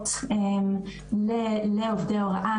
בעצם, זה נושא שחוזר על עצמו לאורך כל הדיון